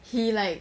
he like